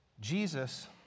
Jesus